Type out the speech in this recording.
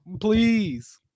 please